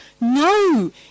No